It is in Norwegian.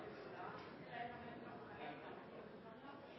skal